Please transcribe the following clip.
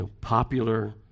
popular